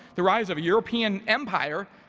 the rise of a european empire,